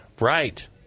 Right